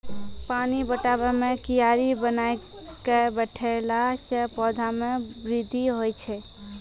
पानी पटाबै मे कियारी बनाय कै पठैला से पौधा मे बृद्धि होय छै?